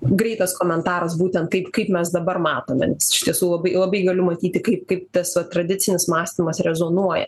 greitas komentaras būtent kaip kaip mes dabar matome nes iš tiesų labai labai gali matyti kaip kaip tas vat tradicinis mąstymas rezonuoja